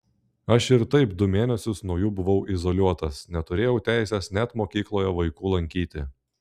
aš ir taip du mėnesius nuo jų buvau izoliuotas neturėjau teisės net mokykloje vaikų lankyti